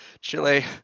Chile